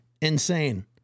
Insane